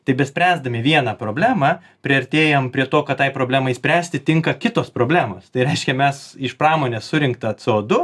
tai bespręsdami vieną problemą priartėjam prie to kad tai problemai spręsti tinka kitos problemos tai reiškia mes iš pramonės surinktą c o du